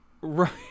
right